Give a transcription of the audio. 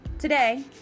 Today